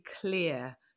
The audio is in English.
clear